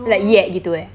like yet gitu eh